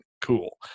cool